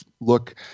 look